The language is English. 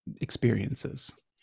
experiences